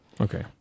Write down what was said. Okay